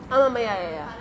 um ya ya ya